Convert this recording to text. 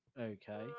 Okay